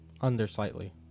Under-slightly